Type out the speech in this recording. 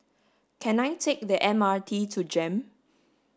can I take the M R T to JEM